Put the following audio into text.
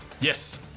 Yes